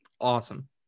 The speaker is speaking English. Awesome